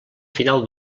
final